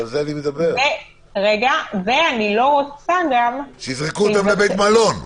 ואני גם לא רוצה- -- את לא רוצה שיזרקו אותם לבית מלון.